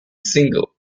single